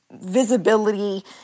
visibility